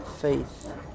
faith